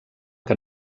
que